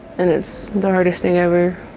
and it's the hardest thing ever.